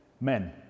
men